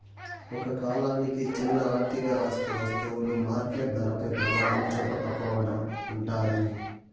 ఒక కాలానికి చిన్న ఆర్థిక ఆస్తి వస్తువులు మార్కెట్ ధరపై ప్రభావం చూపకపోవడం ఉంటాది